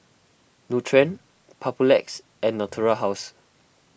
Nutren Papulex and Natura House